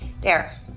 Dare